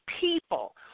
people